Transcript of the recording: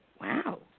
Wow